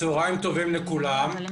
צוהריים טובים לכולם,